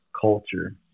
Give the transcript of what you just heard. Culture